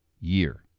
year